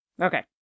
Okay